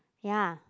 ya